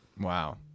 Wow